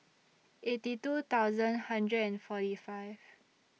eighty two thousand hundred and forty five